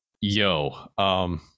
Yo